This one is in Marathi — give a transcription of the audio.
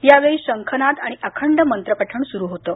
यावेळी शंखनाद आणि अखंड मंत्रपठण सुरु होतं